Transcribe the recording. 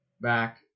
back